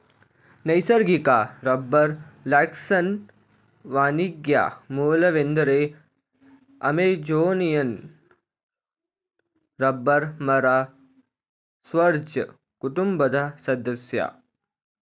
ನೈಸರ್ಗಿಕ ರಬ್ಬರ್ ಲ್ಯಾಟೆಕ್ಸ್ನ ವಾಣಿಜ್ಯ ಮೂಲವೆಂದರೆ ಅಮೆಜೋನಿಯನ್ ರಬ್ಬರ್ ಮರ ಸ್ಪರ್ಜ್ ಕುಟುಂಬದ ಸದಸ್ಯ